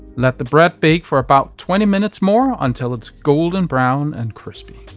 let the bread bake for about twenty minutes more until it's golden brown and crispy.